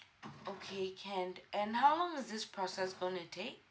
okay can and how long is this process going to take